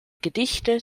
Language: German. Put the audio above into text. gedichte